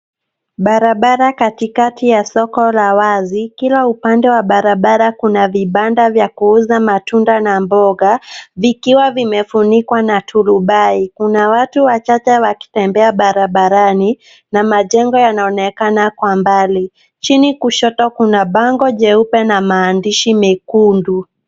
Barabara katikati ya soko la wazi. Kila upande wa barabara kuna vibanda vya kuuza matunda na mboga vikiwa vimefunikwa na turubai. Kuna watu wachache wakitembea barabarani na majengo yanaonekana kwa mbali. Chini kushoto kuna bango jeupe na maandishi mekundu.